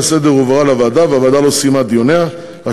לסדר-היום הועברה לוועדה והוועדה לא סיימה דיוניה בה,